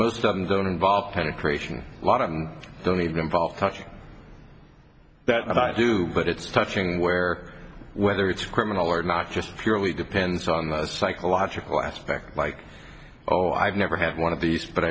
most of them don't involve penetration a lot of the need to involve touching that i do but it's touching where whether it's criminal or not just purely depends on the psychological aspect like oh i've never had one of these but